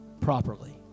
properly